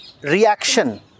reaction